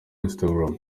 instagram